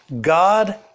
God